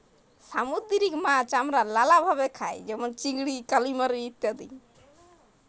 সামুদ্দিরিক মাছ আমরা লালাভাবে খাই যেমল চিংড়ি, কালিমারি ইত্যাদি